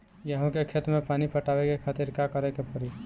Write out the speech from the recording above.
गेहूँ के खेत मे पानी पटावे के खातीर का करे के परी?